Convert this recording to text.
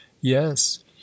Yes